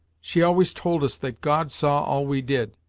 she always told us that god saw all we did,